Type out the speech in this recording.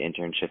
internship